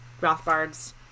Rothbard's